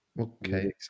Okay